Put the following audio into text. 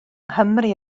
nghymru